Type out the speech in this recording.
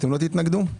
לא תתנגדו?